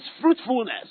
fruitfulness